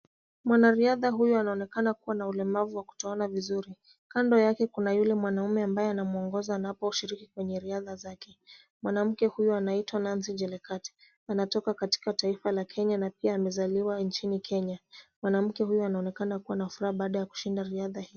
Mwanariadha huyu anaonekana kuwa na ulemavu wa kutoona vizuri. Kando yake kuna yule mwanaume ambaye anamwongoza anaposhiriki kwenye riadha zake. Mwanamke huyu anaitwa Nancy Chelangat, anatoka katika taifa la Kenya na pia amezaliwa nchini Kenya. Mwanaamke huyu anaonekana kuwa na furaha baada ya kushinda riadha hii.